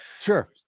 Sure